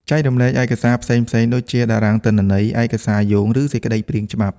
ចែករំលែក ឯកសារ ផ្សេងៗដូចជា តារាងទិន្នន័យ ឯកសារយោង ឬសេចក្តីព្រាងច្បាប់។